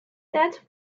that